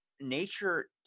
nature